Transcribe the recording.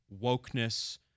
wokeness